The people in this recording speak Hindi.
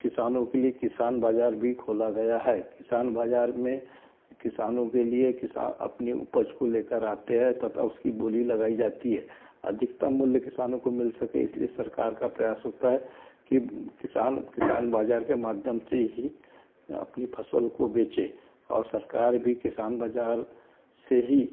किसानों के लिए किसान बाजार भी खोला गया है किसान बाजार में किसानों के लिए किसान अपनी उपज को लेकर आते हैं तथा उसकी बोली लगाई जाती है अधिकतम मूल्य किसानों को मिल सके इसलिए सरकार का प्रयास होता है की किसान किसान बाजार के माध्यम से ही अपनी फसल को बेचे और सरकार भी किसान बाजार से ही